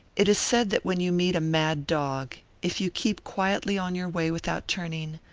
it is said that when you meet a mad dog if you keep quietly on your way without turning,